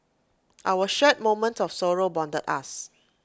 our shared moment of sorrow bonded us